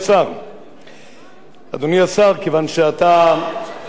כיוון שאמרת את הדברים, אני רק רוצה לומר